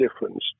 difference